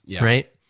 right